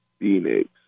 Phoenix